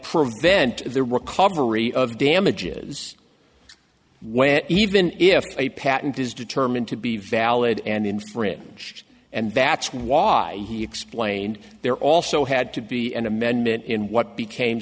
prevent the recovery of damages when even if a patent is determined to be valid and infringed and that's why he explained there also had to be an amendment in what became